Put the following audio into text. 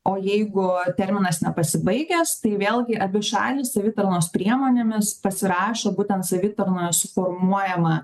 o jeigu terminas nepasibaigęs tai vėlgi abi šalys savitarnos priemonėmis pasirašo būtent savitarnoje suformuojamą